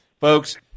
Folks